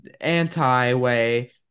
anti-way